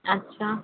अच्छा